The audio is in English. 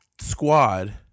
squad